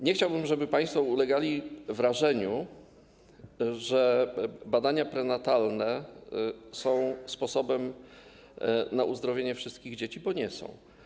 Nie chciałbym, żeby państwo ulegali wrażeniu, że badania prenatalne są sposobem na uzdrowienie wszystkich dzieci, bo nie są.